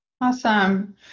Awesome